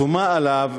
שומה עליו,